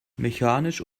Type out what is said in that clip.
mechanisch